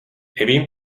nevím